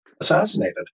assassinated